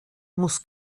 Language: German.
muss